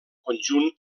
conjunt